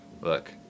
Look